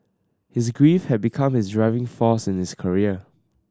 his grief have become his driving force in his career